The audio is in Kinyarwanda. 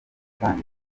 kandi